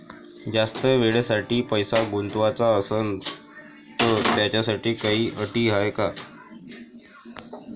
जास्त वेळेसाठी पैसा गुंतवाचा असनं त त्याच्यासाठी काही अटी हाय?